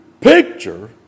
picture